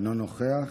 אינו נוכח.